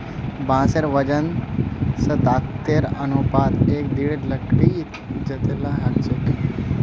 बांसेर वजन स ताकतेर अनुपातत एक दृढ़ लकड़ी जतेला ह छेक